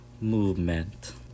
movement